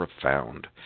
profound